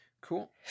Cool